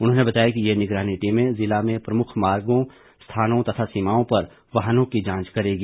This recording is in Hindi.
उन्होंने बताया कि ये निगरानी टीमें जिला में प्रमुख मार्गो स्थानों तथा सीमाओं पर वाहनों की जांच करेगी